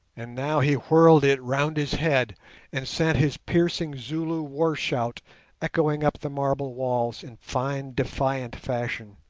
and now he whirled it round his head and sent his piercing zulu war-shout echoing up the marble walls in fine defiant fashion.